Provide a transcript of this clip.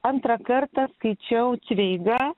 antrą kartą skaičiau cveigą